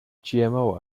gmo